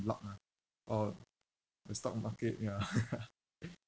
luck ah or the stock market ya